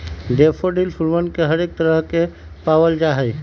daffodil फूलवन के हरेक तरह के पावल जाहई